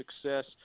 success